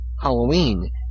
Halloween